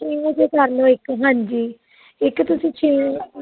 ਛੇ ਵਜੇ ਕਰ ਲਓ ਇੱਕ ਹਾਂਜੀ ਇੱਕ ਤੁਸੀਂ ਛੇ